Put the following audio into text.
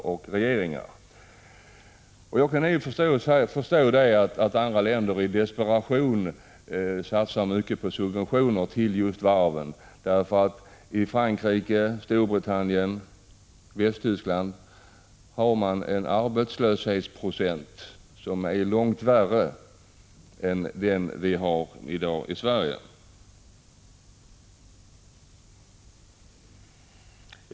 I och för sig kan jag förstå att andra länder i desperation satsar mycket på subventioner till just varven, därför att man i Frankrike, Storbritannien och Västtyskland ju har en långt värre arbetslöshet än vi har i dag i Sverige.